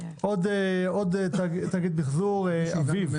תאגיד מיחזור אביב, בבקשה.